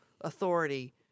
authority